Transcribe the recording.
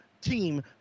team